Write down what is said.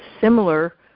similar